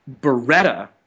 Beretta